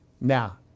now